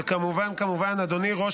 וכמובן, כמובן, אדוני ראש